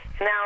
Now